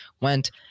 went